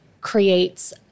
creates